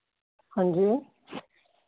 हांजी